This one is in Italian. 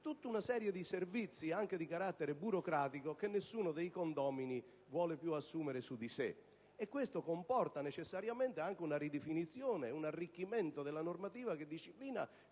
tutta una serie di servizi, anche di carattere burocratico, che nessuno dei condomini vuole più assumere su di sé. Questo comporta necessariamente anche una ridefinizione e un arricchimento della normativa che disciplina